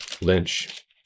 Lynch